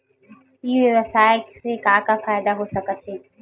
ई व्यवसाय से का का फ़ायदा हो सकत हे?